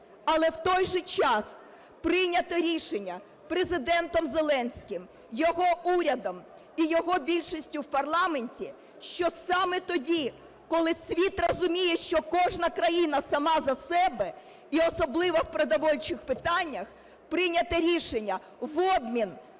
Але в той же час прийнято рішення Президентом Зеленським, його урядом і його більшістю в парламенті, що саме тоді, коли світ розуміє, що кожна країна сама за себе, і особливо в продовольчих питаннях, прийнято рішення в обмін